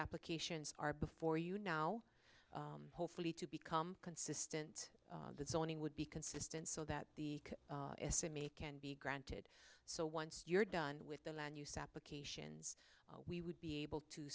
applications are before you now hopefully to become consistent that zoning would be consistent so that the estimate can be granted so once you're done with the land use application we would be able to